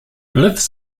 lives